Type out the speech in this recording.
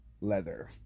leather